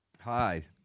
Hi